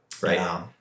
right